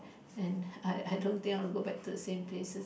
and I I don't think I want to go back to the same places